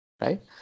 right